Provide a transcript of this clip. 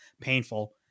painful